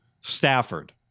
Stafford